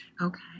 Okay